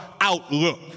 outlook